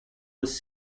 was